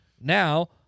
Now